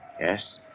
Yes